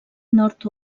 nord